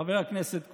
חבר הכנסת קושניר,